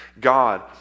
God